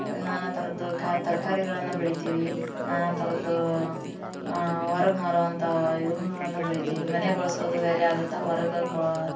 ನಾನಾ ಥರದ್ದು ಕಾ ತರಕಾರಿಗಳನ್ನ ಬೆಳಿತಿವಿ ನಾನಾ ಥರದ್ದು ಹೊರಗ್ ಮಾರುವಂಥ ಇವುಗಳನ್ನು ಬೆಳಿತೀವಿ ಮನೆ ಬಳಸೋದು ಬೇರೆ ಆಗುತ್ತೆ ಹೊರಗ